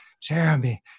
Jeremy